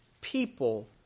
people